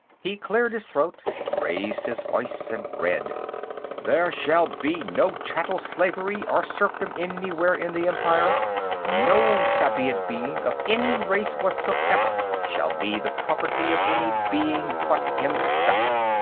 he cleared his throat, raised his voice, and read there shall be no chattel-slavery or serfdom anywhere in the empire no sapient being, of any race whatsoever, shall be the property of any being but himself.